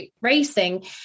racing